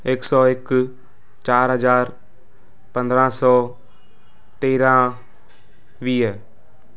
एक सौ हिकु चारि हज़ार पंद्रहां सौ तेरहां वीह